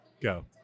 Go